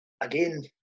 again